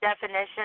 definition